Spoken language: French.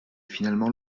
finalement